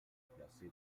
placé